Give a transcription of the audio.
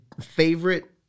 Favorite